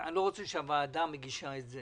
אני לא רוצה שאנחנו כוועדה נגיש את זה